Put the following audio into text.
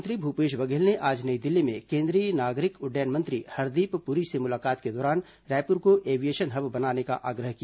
मुख्यमंत्री भूपेश बघेल ने आज नई दिल्ली में केंद्रीय नागरिक उड्डयन मंत्री हरदीप पुरी से मुलाकात के दौरान रायपुर को एवीएशन हब बनाने का आग्रह किया